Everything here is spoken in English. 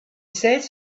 said